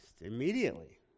immediately